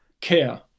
care